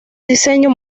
diseño